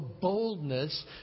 boldness